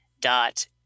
dot